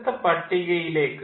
അടുത്ത പട്ടികയിലേക്ക്